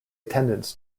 attendants